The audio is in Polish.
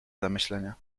zamyślenie